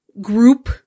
group